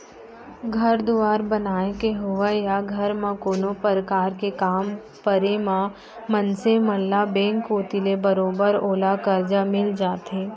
घर दुवार बनाय के होवय या घर म कोनो परकार के काम परे म मनसे मन ल बेंक कोती ले बरोबर ओला करजा मिल जाथे